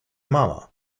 mama